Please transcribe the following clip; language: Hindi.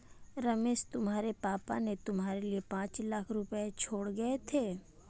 रमेश तुम्हारे पापा ने तुम्हारे लिए पांच लाख रुपए छोड़े गए थे